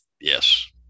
yes